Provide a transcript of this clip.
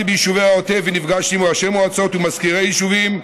ביישובי העוטף ונפגשתי עם ראשי מועצות ומזכירי יישובים,